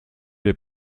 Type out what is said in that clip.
les